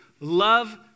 Love